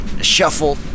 shuffle